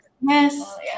Yes